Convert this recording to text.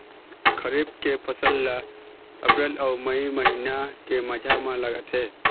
खरीफ के फसल ला अप्रैल अऊ मई महीना के माझा म लगाथे